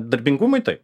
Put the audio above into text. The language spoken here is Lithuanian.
darbingumui tai